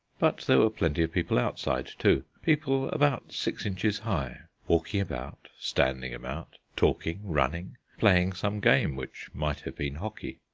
but there were plenty of people outside, too people about six inches high walking about, standing about, talking, running, playing some game which might have been hockey.